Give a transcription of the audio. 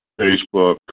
Facebook